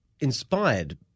inspired